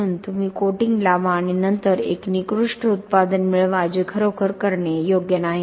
म्हणून तुम्ही कोटिंग लावा आणि नंतर एक निकृष्ट उत्पादन मिळवा जे खरोखर करणे योग्य नाही